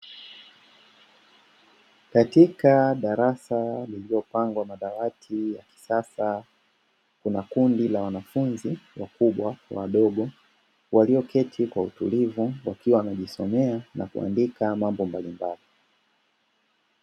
Katika darasa lililopangwa madawati ya kisasa, kuna kundi la wanafunzi wakubwa na wadogo walioketi kwa utulivu wakiwa wanajisomea na kuandika mambo mbalimbali.